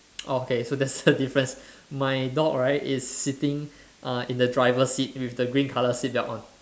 oh okay so that's the difference my dog right is sitting uh in the driver's seat with the green colour seat belt on